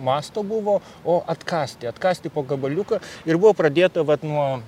masto buvo o atkąsti atkąsti po gabaliuką ir buvo pradėta vat nuo